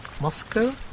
Moscow